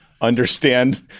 understand